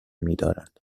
میدارند